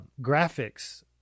graphics